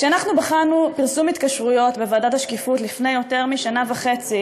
כשאנחנו בחנו פרסום התקשרויות בוועדת השקיפות לפני יותר משנה וחצי